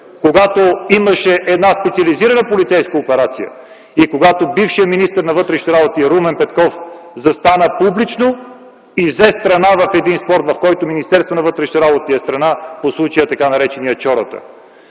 Когато имаше специализирана полицейска операция и когато бившият министър на вътрешните работи Румен Петков застана публично и взе страна в един спор, в който Министерството на вътрешните работи е страна по случая на така наречения „Чората”.